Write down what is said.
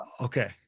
okay